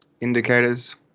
Indicators